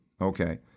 okay